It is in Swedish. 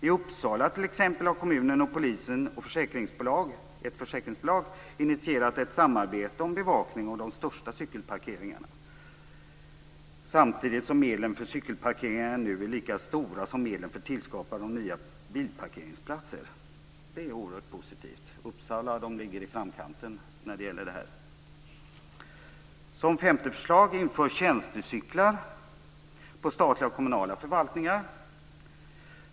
I Uppsala har kommunen, polisen och ett försäkringsbolag initierat ett samarbete om bevakning på de största cykelparkeringarna, samtidigt som medlen för cykelparkeringar nu är lika stora som medlen för tillskapande av nya bilparkeringsplatser. Det är oerhört positivt. Uppsala ligger i framkanten i det här avseendet. För det femte har jag förslag om införande av tjänstecyklar på statliga och kommunala förvaltningar.